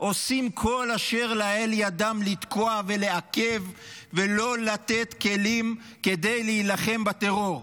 עושים כל אשר לאל ידם לתקוע ולעכב ולא לתת כלים כדי להילחם בטרור.